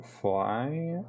fly